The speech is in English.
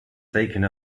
taking